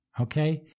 Okay